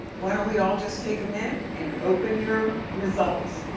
why don't we all just take a minute, and open your results,